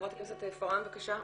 חברת הכנסת פארן בבקשה.